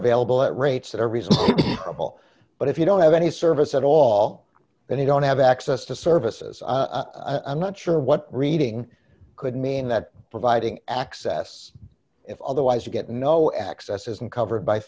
available at rates that are reason but if you don't have any service at all and you don't have access to services i'm not sure what reading could mean that providing access if otherwise you get no access isn't covered by